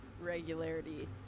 regularity